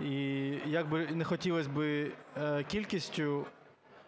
І як би не хотілось би кількістю